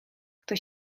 kto